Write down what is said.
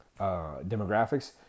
demographics